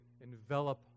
envelop